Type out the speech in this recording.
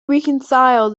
reconcile